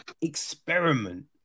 experiment